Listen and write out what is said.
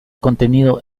contenido